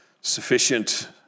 sufficient